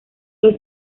los